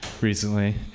recently